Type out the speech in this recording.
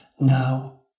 Now